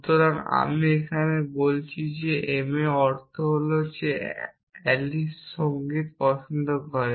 সুতরাং আমি এখানে বলছি যে m এর অর্থ হল যে অ্যালিস সঙ্গীত পছন্দ করে